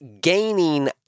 gaining